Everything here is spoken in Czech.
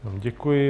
Děkuji.